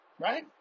right